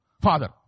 Father